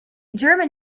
german